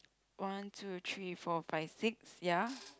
one two three four five six ya